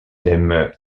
thèmes